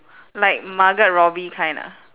like margot robbie kind ah